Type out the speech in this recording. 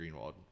Greenwald